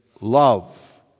love